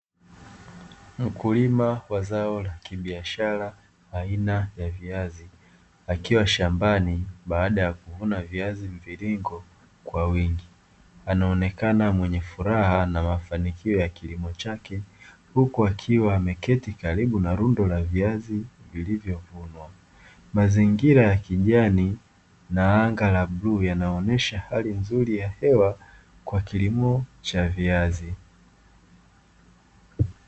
Mkulima wa zao la kibiashara aina ya viazi, akiwa shambani baada ya kuvuna viazi mviringo kwa wingi. Anaonekana mwenye furaha na mafanikio ya kilimo chake, huku akiwa ameketi karibu na rundo la viazi vilivyovunwa. Mazingira ya kijani, na anga la bluu yanaonyesha hali nzuri ya hewa kwa kilimo cha viazi.